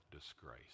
disgrace